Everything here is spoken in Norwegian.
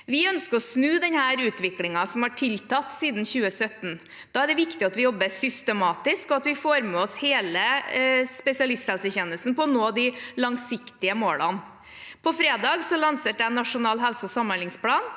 Vi ønsker å snu denne utviklingen, som har tiltatt siden 2017. Da er det viktig at vi jobber systematisk, og at vi får med oss hele spesialisthelsetjenesten på å nå de langsiktige målene. På fredag lanserte jeg Nasjonal helse- og samhandlingsplan.